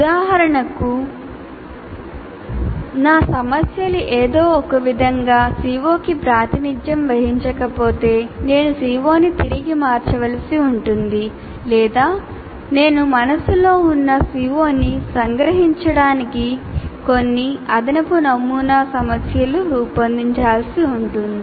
ఉదాహరణకు నా సమస్యలు ఏదో ఒకవిధంగా CO కి ప్రాతినిధ్యం వహించకపోతే నేను CO ని తిరిగి మార్చ వలసి ఉంటుంది లేదా నేను మనస్సులో ఉన్న CO ని సంగ్రహించడానికి కొన్ని అదనపు నమూనా సమస్యలను రూపొందించాల్సి ఉంటుంది